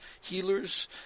healers